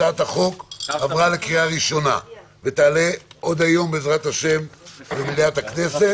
הצעת החוק עברה לקריאה ראשונה ותעלה עוד היום למליאת הכנסת.